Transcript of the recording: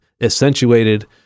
accentuated